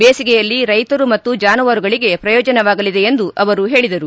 ಬೇಸಿಗೆಯಲ್ಲಿ ರೈತರು ಮತ್ತು ಚಾನುವಾರುಗಳಿಗೆ ಪ್ರಯೋಜನವಾಗಲಿದೆ ಎಂದು ಅವರು ಹೇಳಿದರು